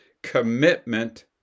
commitment